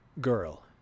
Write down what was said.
girl